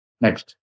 Next